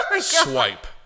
swipe